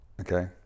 okay